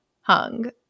hung